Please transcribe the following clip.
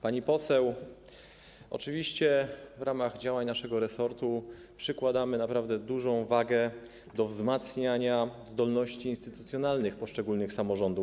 Pani poseł, oczywiście w ramach działań naszego resortu przykładamy naprawdę dużą wagę do wzmacniania zdolności instytucjonalnych poszczególnych samorządów.